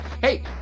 Hey